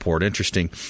Interesting